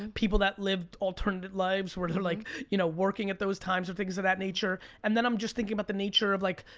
people that live alternative lives where they're like you know working at those times or things of that nature. and then i'm just thinking about the nature of like,